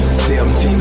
17